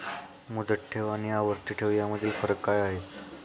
मुदत ठेव आणि आवर्ती ठेव यामधील फरक काय आहे?